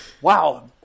wow